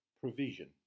Provision